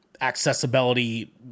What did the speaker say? accessibility